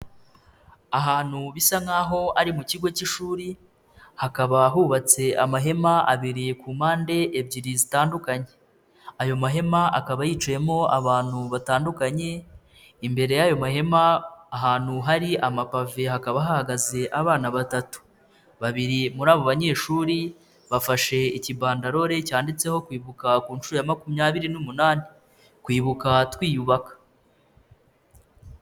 Ahantu bisa nk'aho ari mu kigo cy'ishuri hakaba hubatse amahema abiri ku mpande ebyiri zitandukanye, ayo mahema akaba yicayemo abantu batandukanye imbere y'ayo mahema ahantu hari amapave hakaba hahagaze abana batatu, babiri muri abo banyeshuri bafashe ikibandarore cyanditseho kwibuka ku nshuro ya makumyabiri n'umunani, kwibuka twiyubaka.